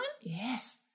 Yes